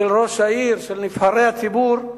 של ראש העיר, של נבחרי הציבור,